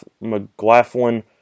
McLaughlin